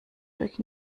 durch